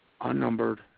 unnumbered